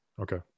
Okay